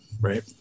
right